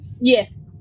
Yes